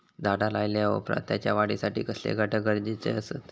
झाड लायल्या ओप्रात त्याच्या वाढीसाठी कसले घटक गरजेचे असत?